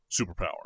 superpower